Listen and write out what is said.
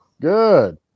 Good